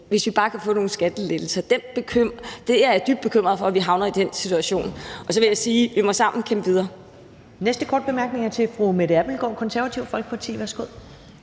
hvis de bare kan få nogle skattelettelser. Jeg er dybt bekymret for, at vi havner i den situation. Og så vil jeg sige: Vi må sammen kæmpe videre.